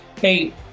Hey